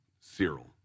Cyril